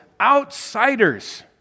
outsiders